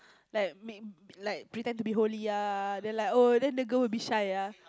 like make like pretend to be holy ah then like oh then the girl will be shy ya